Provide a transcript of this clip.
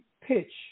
pitch